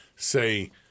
say